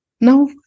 Now